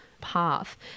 path